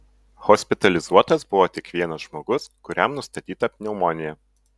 hospitalizuotas buvo tik vienas žmogus kuriam nustatyta pneumonija